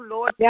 Lord